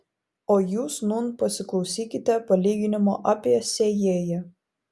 o jūs nūn pasiklausykite palyginimo apie sėjėją